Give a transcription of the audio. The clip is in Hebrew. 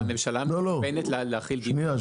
אבל הממשלה מתכוונת להחיל דין -- שנייה,